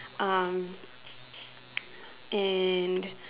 um and